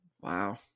Wow